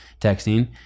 texting